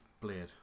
Blade